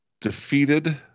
defeated